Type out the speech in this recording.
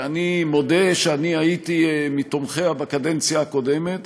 ואני מודה שאני הייתי מתומכיה, בקדנציה הקודמת,